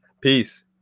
peace